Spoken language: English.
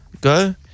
go